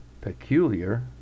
peculiar